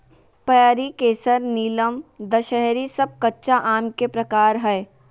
पयरी, केसर, नीलम, दशहरी सब कच्चा आम के प्रकार हय